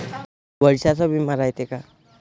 वर्षाचा बिमा रायते का?